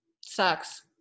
sucks